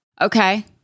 okay